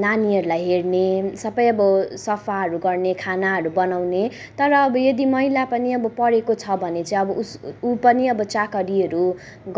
नानीहरूलाई हेर्ने सबै अब सफाहरू गर्ने खानाहरू बनाउने तर अब यदि महिला पनि अब पढे्को छ भने चाहिँ अब उसको ऊ पनि चाकरीहरू